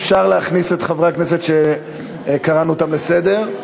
אפשר להכניס את חברי הכנסת שקראנו אותם לסדר.